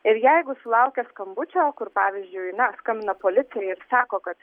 ir jeigu sulaukė skambučio kur pavyzdžiui ne skambina policija ir sako kad